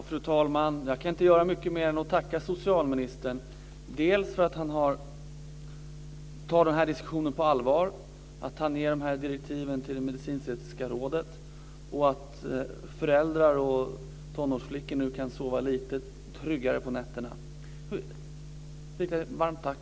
Fru talman! Jag kan inte göra mycket mer än att tacka socialministern dels för att han tar diskussionen på allvar, dels för att han ger de här direktiven till det medicinsk-etiska rådet. Nu kan föräldrar och tonårsflickor sova lite tryggare på nätterna. Varmt tack!